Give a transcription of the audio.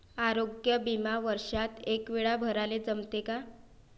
आरोग्य बिमा वर्षात एकवेळा भराले जमते का?